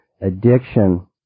addiction